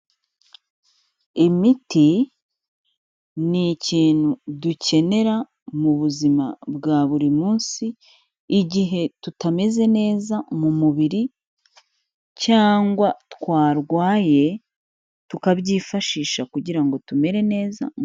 Imiti ni ikintu dukenera mu buzima bwa buri munsi igihe tutameze neza mu mubiri cyangwa twarwaye, tukabyifashisha kugira ngo tumere neza.